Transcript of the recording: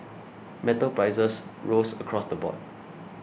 metal prices rose across the board